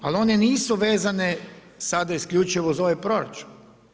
Ali one nisu vezane sada isključivo za ovaj proračun.